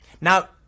Now